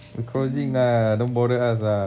we closing lah don't bother us lah